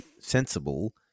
sensible